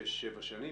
שש או שבע שנים,